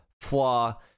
flaw